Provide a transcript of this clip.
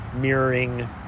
mirroring